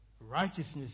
righteousness